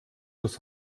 das